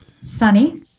sunny